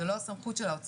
זה לא הסמכות של האוצר.